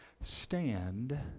stand